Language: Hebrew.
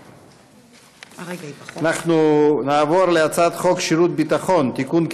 אנחנו נעבור להצעת חוק שירות ביטחון (תיקון,